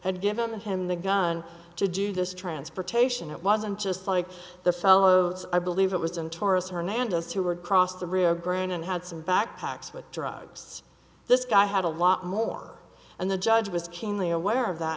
had given him the gun to do this transportation it wasn't just like the fellows i believe it was in taurus hernandez who were crossed the rio grande and had some backpacks with drugs this guy had a lot more and the judge was keenly aware of that